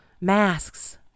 masks